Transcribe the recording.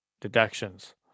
Deductions